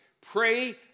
Pray